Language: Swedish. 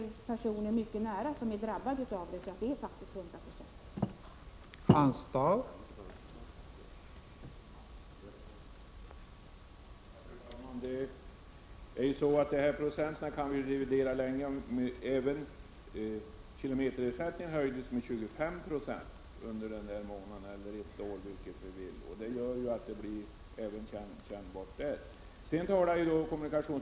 Jag känner mycket nära personer som drabbats av detta och vet att det faktiskt är en höjning med 100 96.